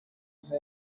use